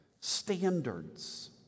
standards